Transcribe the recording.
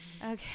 okay